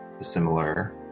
similar